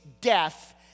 death